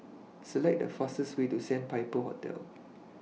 Select The fastest Way to Sandpiper Hotel